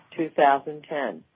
2010